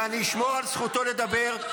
ואני אשמור על זכותו לדבר,